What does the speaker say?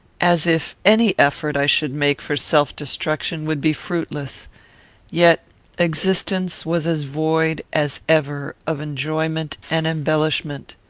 as if any effort i should make for self-destruction would be fruitless yet existence was as void as ever of enjoyment and embellishment.